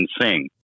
sing